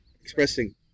expressing